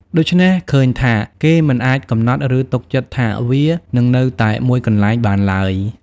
ដូច្នេះ ឃើញថា គេមិនអាចកំណត់ ឬទុកចិត្តថាវានឹងនៅតែមួយកន្លែងបានឡើយ ។